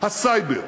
הסייבר,